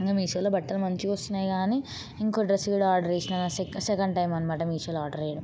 మీషోలో బట్టలు మంచిగా వస్తున్నాయి కదా అని ఇంకో డ్రెస్స్ కూడ ఆర్డర్ చేసినా సె సెకండ్ టైమ్ అనమాట మీషోలో ఆర్డర్ చేయడం